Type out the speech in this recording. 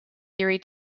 theory